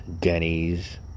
Denny's